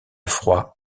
froid